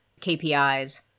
KPIs